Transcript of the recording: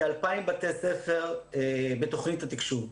כ-2,000 בתי ספר בתוכנית התקשוב.